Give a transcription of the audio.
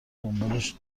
دنبالش